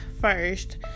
first